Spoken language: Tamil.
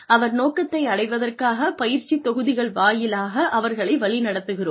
அவர் நோக்கத்தை அடைவதற்காகப் பயிற்சி தொகுதிகள் வாயிலாக அவர்களை வழிநடத்துகிறோம்